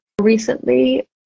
recently